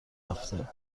هفته